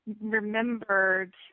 remembered